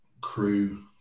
crew